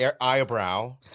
Eyebrow